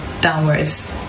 downwards